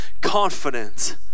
confident